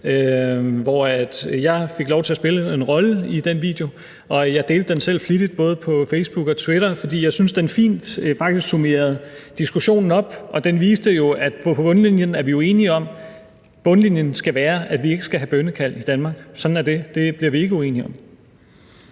som jeg fik lov til at spille en rolle i. Jeg delte den selv flittigt både på Facebook og Twitter, fordi jeg synes, at den faktisk fint summerede diskussionen op. Den viste jo, at vi på bundlinjen er enige om, at vi ikke skal have bønnekald i Danmark. Sådan er det, det bliver vi ikke uenige om.